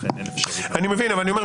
אני מבין אבל אני אומר,